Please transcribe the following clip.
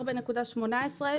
4.18,